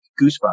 goosebumps